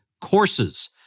courses